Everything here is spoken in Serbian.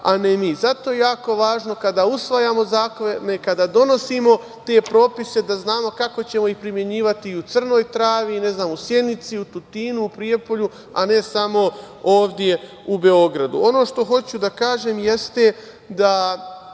a ne mi. Zato je jako važno kada usvajamo zakone, kada donosimo te propise da znamo kako ćemo ih primenjivati i u Crnoj Travi, u Sjenici, u Tutinu, u Prijepolju, a ne samo ovde u Beogradu. Ono što hoću da kažem jeste da